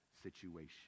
Situation